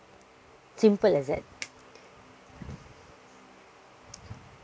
simple as that